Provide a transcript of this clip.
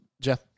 jeff